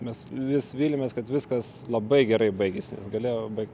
mes vis viliamės kad viskas labai gerai baigėsi nes galėjo baigti